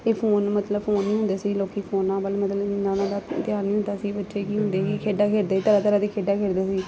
ਇਹ ਫੋਨ ਮਤਲਬ ਫੋਨ ਨਹੀਂ ਹੁੰਦੇ ਸੀ ਲੋਕ ਫੋਨਾਂ ਵੱਲ ਮਤਲਬ ਇੰਨਾ ਉਹਨਾਂ ਦਾ ਧਿਆਨ ਨਹੀਂ ਹੁੰਦਾ ਸੀ ਬੱਚੇ ਕੀ ਹੁੰਦੇ ਸੀ ਖੇਡਾਂ ਖੇਡਦੇ ਸੀ ਤਰ੍ਹਾਂ ਤਰ੍ਹਾਂ ਦੀਆਂ ਖੇਡਾਂ ਖੇਡਦੇ ਸੀ